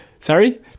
Sorry